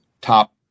top